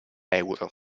euro